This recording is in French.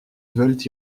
veulent